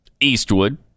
Eastwood